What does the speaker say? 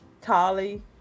Tali